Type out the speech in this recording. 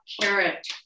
carrot